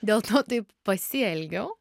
dėl to taip pasielgiau